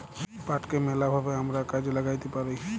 পাটকে ম্যালা ভাবে আমরা কাজে ল্যাগ্যাইতে পারি